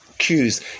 cues